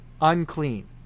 unclean